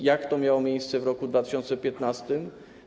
Jak to miało miejsce w roku 2015?